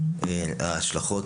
ההשלכות,